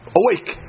awake